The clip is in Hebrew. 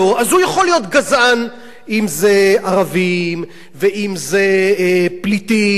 אם ערבים ואם פליטים ואם הומואים,